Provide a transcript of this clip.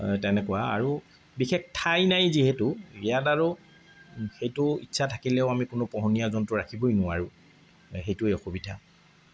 তেনেকুৱা আৰু বিশেষ ঠাই নাই যিহেতু ইয়াত আৰু সেইটো ইচ্ছা থাকিলেও আমি কোনো পোহনীয়া জন্তু ৰাখিবই নোৱাৰোঁ সেইটোৱেই অসুবিধা